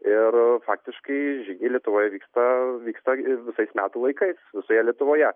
ir faktiškai žygiai lietuvoj vyksta vyksta visais metų laikais visoje lietuvoje